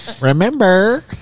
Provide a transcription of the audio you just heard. Remember